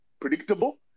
predictable